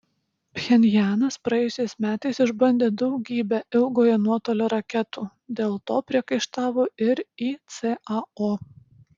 pchenjanas praėjusiais metais išbandė daugybę ilgojo nuotolio raketų dėl to priekaištavo ir icao